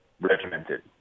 regimented